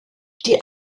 die